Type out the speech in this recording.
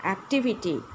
Activity